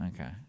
Okay